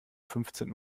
fünfzehn